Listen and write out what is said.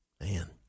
Man